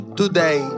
today